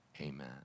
Amen